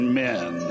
men